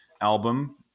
album